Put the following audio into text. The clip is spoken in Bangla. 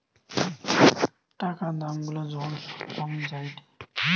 টাকা দাম গুলা যখন সব কমে যায়েটে